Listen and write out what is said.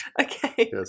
Okay